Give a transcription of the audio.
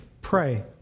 pray